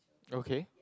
okay